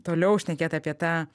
toliau šnekėt apie tą